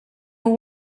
will